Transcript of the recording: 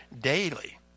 daily